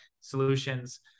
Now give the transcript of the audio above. solutions